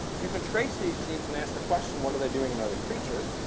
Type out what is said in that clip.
you can trace these genes and ask the question, what are they doing in other creatures?